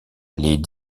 les